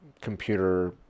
computer